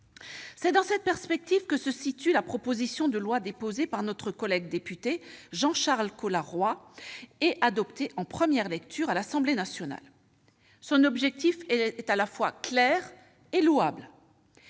C'est dans cette perspective que se situe la proposition de loi déposée par notre collègue député Jean-Charles Colas-Roy et adoptée en première lecture par l'Assemblée nationale. Son objectif est à la fois clair et louable